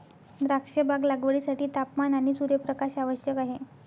द्राक्षबाग लागवडीसाठी तापमान आणि सूर्यप्रकाश आवश्यक आहे